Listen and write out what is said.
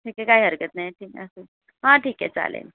ठीक आहे काही हरकत नाही ठीक आहे असू दे हां ठीक आहे चालेल